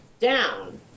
down